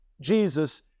Jesus